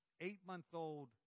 eight-month-old